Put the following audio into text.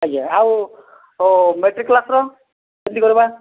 ଆଜ୍ଞା ଆଉ matric class ର କେମିତି କରିବା